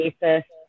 basis